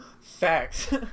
Facts